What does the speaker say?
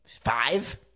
Five